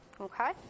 Okay